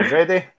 Ready